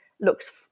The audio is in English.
looks